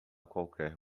qualquer